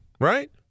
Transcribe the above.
right